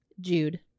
Jude